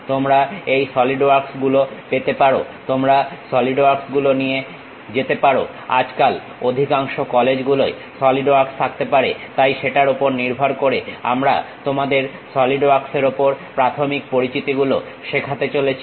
তোমরা এই সলিড ওয়ার্কসগুলো পেতে পারো তোমরা সলিড ওয়ার্কস গুলো দিয়ে যেতে পারো আজকাল অধিকাংশ কলেজগুলোর সলিড ওয়ার্ক থাকতে পারে তাই সেটার উপর নির্ভর করে আমরা তোমাদের সলিড ওয়ার্কসের ওপর প্রাথমিক পরিচিতি গুলো শেখাতে চলেছি